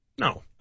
No